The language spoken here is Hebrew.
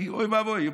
כי אוי ואבוי,